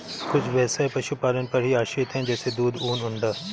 कुछ ब्यवसाय पशुपालन पर ही आश्रित है जैसे दूध, ऊन, अंडा